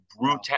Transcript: brutal